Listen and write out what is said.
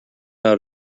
out